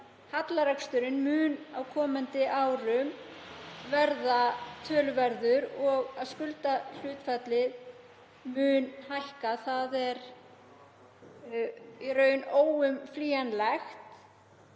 hallarekstur mun á komandi árum verða töluverður og skuldahlutfall mun hækka. Það er í raun óumflýjanlegt.